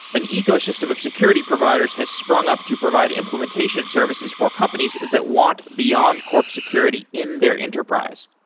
an ecosystem of security providers has sprung up to provide implementation services for companies that want beyondcorp security in their enterprise.